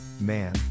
man